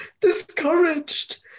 discouraged